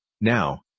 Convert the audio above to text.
now